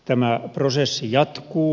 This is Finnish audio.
tämä prosessi jatkuu